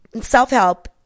Self-help